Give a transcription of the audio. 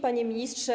Panie Ministrze!